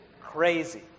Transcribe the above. crazy